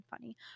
funny